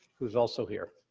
who's also here.